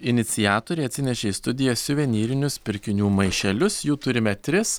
iniciatoriai atsinešė į studiją suvenyrinius pirkinių maišelius jų turime tris